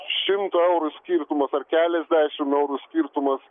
šimto eurų skirtumas ar keliasdešim eurų skirtumas